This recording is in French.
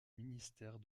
ministère